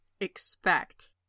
expect